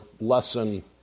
lesson